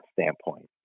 standpoint